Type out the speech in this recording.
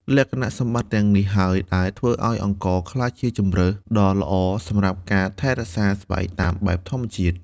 លក្ខណៈសម្បត្តិទាំងនេះហើយដែលធ្វើឱ្យអង្ករក្លាយជាជម្រើសដ៏ល្អសម្រាប់ការថែរក្សាស្បែកតាមបែបធម្មជាតិ។